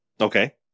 Okay